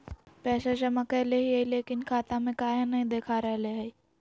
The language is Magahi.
पैसा जमा कैले हिअई, लेकिन खाता में काहे नई देखा रहले हई?